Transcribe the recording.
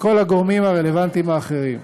וכל הגורמים הרלוונטיים האחרים.